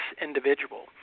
individual